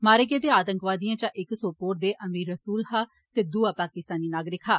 मारे गेदे आतंकवादिएं इचा इक सौपोर दे आमीर रसूल हा ते दुआ पाकिस्तानी नागरिक हा